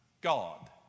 God